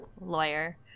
lawyer